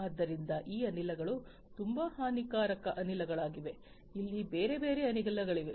ಆದ್ದರಿಂದ ಈ ಅನಿಲಗಳು ತುಂಬಾ ಹಾನಿಕಾರಕ ಅನಿಲಗಳಾಗಿವೆ ಅಲ್ಲಿ ಬೇರೆ ಬೇರೆ ಅನಿಲಗಳಿವೆ